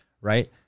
right